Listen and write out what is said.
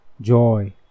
joy